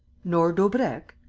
nor daubrecq?